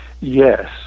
Yes